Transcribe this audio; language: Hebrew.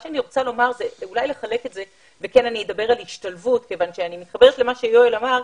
אני כן אדבר על השתלבות כיוון שאני מתחברת למה שיואל אמר.